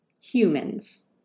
Humans